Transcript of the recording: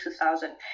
2000